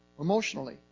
emotionally